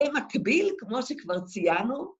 ‫במקביל, כמו שכבר ציינו.